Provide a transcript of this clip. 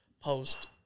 post